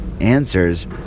answers